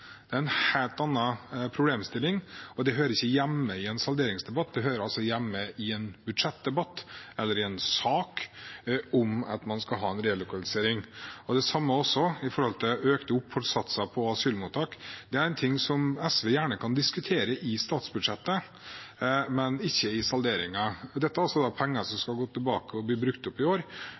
Det er en helt annen problemstilling, og det hører ikke hjemme i en salderingsdebatt. Det hører hjemme i en budsjettdebatt eller i en sak om relokalisering. Det samme gjelder økte oppholdssatser på asylmottak. Det er noe SV gjerne kan diskutere i statsbudsjettet, men ikke i salderingen. Dette er altså penger som skal gå tilbake og bli brukt opp i år,